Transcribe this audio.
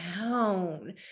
Down